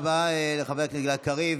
תודה רבה לחבר הכנסת גלעד קריב.